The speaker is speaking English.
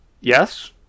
Yes